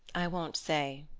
i won't say.